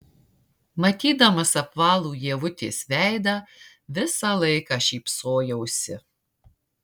matydamas apvalų ievutės veidą visą laiką šypsojausi